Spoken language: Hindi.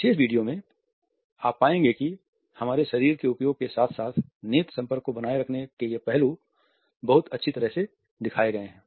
विशेष वीडियो में आप पाएंगे कि हमारे शरीर के उपयोग के साथ साथ नेत्र संपर्क को बनाए रखने के ये पहलू बहुत अच्छी तरह से दिखाए गए हैं